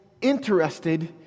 interested